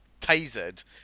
tasered